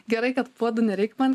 gerai kad puodų nereik man